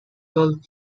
told